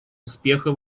успеха